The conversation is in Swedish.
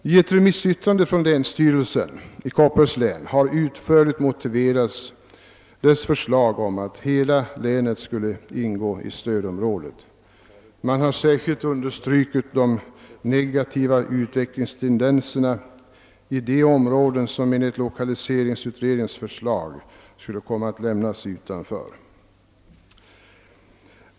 Länsstyrelsen i Kopparbergs län har i ett remissyttrande utförligt motiverat sitt förslag om att hela länet skulle ingå i stödområdet. Man har särskilt understrukit de negativa utvecklingstendenserna i de områden som enligt lokaliseringsutredningens förslag skulle lämnas utanför.